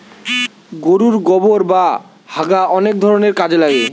গোরুর গোবোর বা হাগা অনেক ধরণের কাজে লাগছে